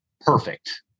perfect